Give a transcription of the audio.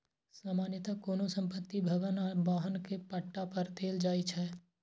सामान्यतः कोनो संपत्ति, भवन आ वाहन कें पट्टा पर देल जाइ छै